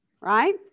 right